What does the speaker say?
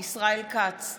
ישראל כץ,